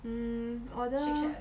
um order